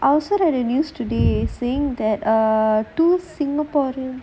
I also had a news today saying that err two singaporean